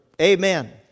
Amen